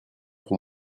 pour